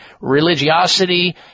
religiosity